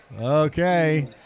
Okay